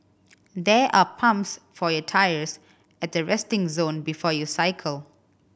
there are pumps for your tyres at the resting zone before you cycle